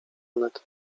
janet